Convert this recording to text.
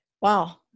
Wow